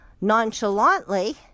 nonchalantly